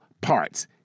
parts